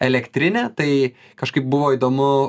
elektrinė tai kažkaip buvo įdomu